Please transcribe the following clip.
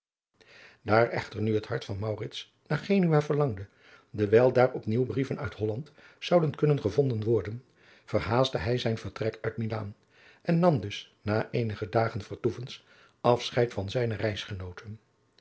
daar echter nu het hart van maurits naar genua verlangde dewijl daar op nieuw brieven uit holland zouden kunnen gevonden worden verhaastte hij zijn vertrek uit milaan en nam dus na eenig dagen vertoevens afscheid van zijne